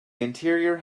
interior